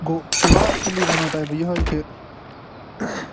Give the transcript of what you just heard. گوٚو لاسٹٕلی وَنو تۄہہِ بہٕ یِہوٚے کہِ